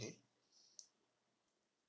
mm